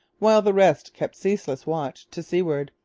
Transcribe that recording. while the rest kept ceaseless watch to seaward,